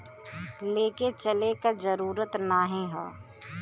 लेके चले क जरूरत नाहीं हौ